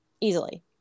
easily